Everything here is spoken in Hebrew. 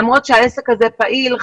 למרות שהעסק הזה פעיל,